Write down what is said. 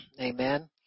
Amen